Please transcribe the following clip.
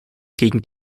gegen